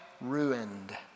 ruined